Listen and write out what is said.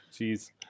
jeez